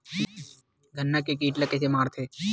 गन्ना के कीट ला कइसे मारथे?